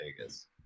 Vegas